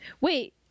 Wait